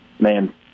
Man